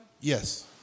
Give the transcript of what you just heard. Yes